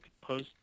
post